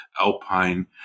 Alpine